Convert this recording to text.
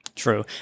True